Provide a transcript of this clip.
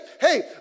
hey